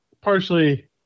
Partially